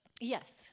yes